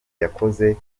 yakoze